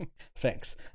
Thanks